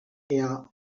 air